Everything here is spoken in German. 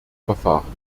verfahren